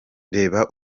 reba